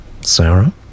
Sarah